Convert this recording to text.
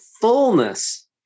fullness